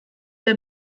der